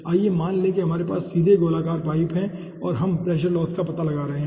आइए मान लें कि हमारे पास सीधे गोलाकार पाइप हैं और हम प्रेशर लॉस का पता लगा रहे हैं